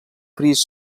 fris